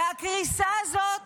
והקריסה הזאת